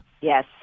Yes